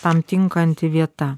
tam tinkanti vieta